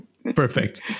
Perfect